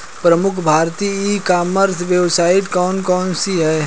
प्रमुख भारतीय e commerce website कौन कौन सी हैं?